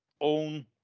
own